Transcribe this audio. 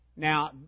Now